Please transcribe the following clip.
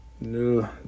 no